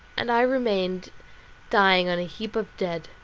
and i remained dying on a heap of dead.